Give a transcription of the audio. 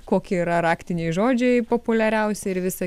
kokie yra raktiniai žodžiai populiariausi ir visa